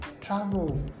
travel